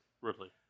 Ridley